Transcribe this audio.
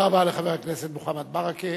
תודה רבה לחבר הכנסת מוחמד ברכה.